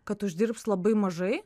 kad uždirbs labai mažai